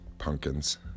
pumpkins